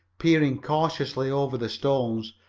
peering cautiously over the stones,